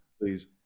please